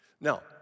Now